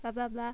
blah blah blah